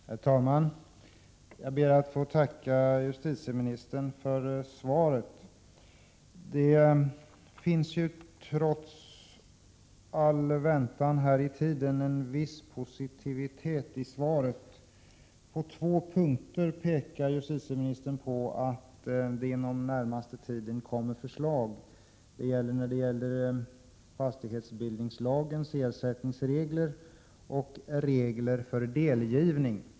Herr talman! Jag ber att få tacka justitieministern för svaret. Det finns trots all väntan en viss positivitet i svaret. Justitieministern säger att det under den närmaste tiden kommer att läggas fram förslag dels när det gäller fastighetsbildningslagens ersättningsregler, dels när det gäller regler för delgivning.